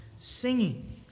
singing